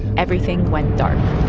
everything went dark